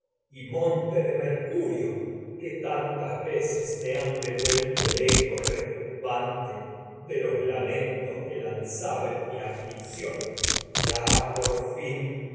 del monte de mercurio que tantas veces me has eco devuelto zaba el retumbante de los lamentos que lan en mi aflicción ya os por fin